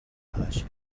хойш